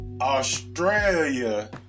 Australia